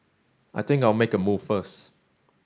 I think I'll make a move first